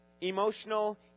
emotional